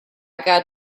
got